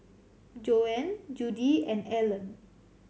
Joann Judi and Alan